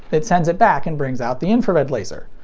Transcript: it sends it back and brings out the infrared laser.